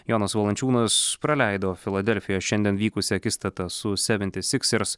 jonas valančiūnas praleido filadelfijoje šiandien vykusią akistatą su seventi siksers